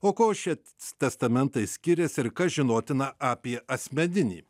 o košice testamentai skiriasi ir kas žinotina apie asmeninį